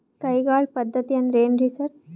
ಕೈಗಾಳ್ ಪದ್ಧತಿ ಅಂದ್ರ್ ಏನ್ರಿ ಸರ್?